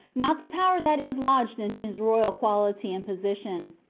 not the power that is lodged in his royal quality and position,